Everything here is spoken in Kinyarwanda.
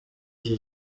iki